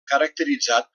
caracteritzat